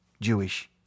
Jewish